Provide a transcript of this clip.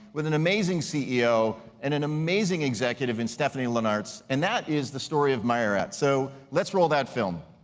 with an amazing ceo and an amazing executive in stephanie linnartz and that is the story of marriott. so let's roll that film.